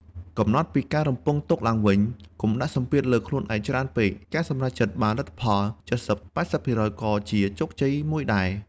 កំណត់ការរំពឹងទុកឡើងវិញ កុំដាក់សម្ពាធលើខ្លួនឯងច្រើនពេក។ ការសម្រេចបានលទ្ធផល ៧០-៨០% ក៏ជាជោគជ័យមួយដែរ។